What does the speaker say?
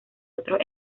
otros